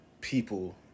people